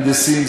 מהנדסים,